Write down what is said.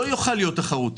לא יוכל להיות תחרותי,